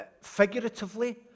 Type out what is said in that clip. figuratively